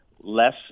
less